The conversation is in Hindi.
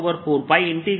r r